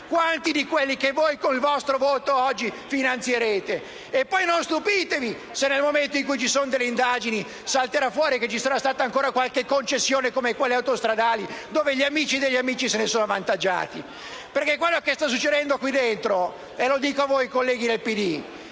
Quanti di quelli che voi oggi, con il vostro voto, finanzierete! E poi non stupitevi se, nel momento in cui vi saranno delle indagini, salterà fuori che ci sarà stata ancora qualche concessione, come quelle autostradali, in cui gli amici degli amici se ne sono avvantaggiati. Pensiamo a quello che sta succedendo qui dentro (e lo dico a voi, colleghi del PD):